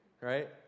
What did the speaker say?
right